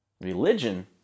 Religion